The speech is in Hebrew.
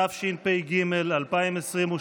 התשפ"ג 2022,